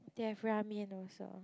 they have ramen also